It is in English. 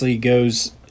goes